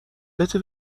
بده